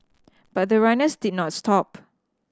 but the runners did not stop